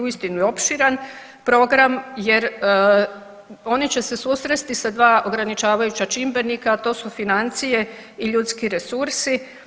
Uistinu je opširan program jer oni će se susresti sa dva ograničavajuća čimbenika, a to su financije i ljudski resursi.